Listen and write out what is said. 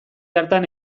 hartan